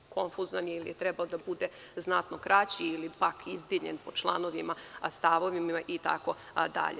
Konfuzan je ili je trebalo da bude znatno kraći ili pak izdeljen po članovima, stavovima itd.